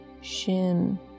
shin